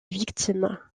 victimes